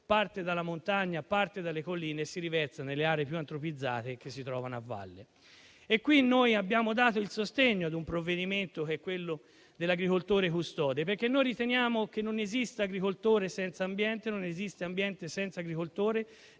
parte dalla montagna e dalle colline e si riversa nelle aree più antropizzate che si trovano a valle. Noi abbiamo dato il sostegno ad un provvedimento che è quello dell'agricoltore custode, perché noi riteniamo che non esiste agricoltore senza ambiente, non esiste ambiente senza agricoltore